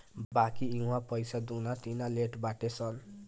बाकी इहवा पईसा दूना तिना लेट बाटे सन